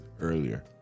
earlier